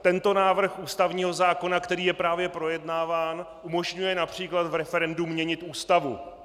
Tento návrh ústavního zákona, který je právě projednáván, umožňuje například v referendu měnit Ústavu.